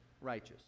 righteous